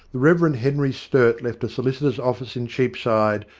the reverend henry sturt left a solicitor's office in cheapside,